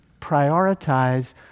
prioritize